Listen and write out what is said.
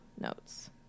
notes